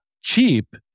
cheap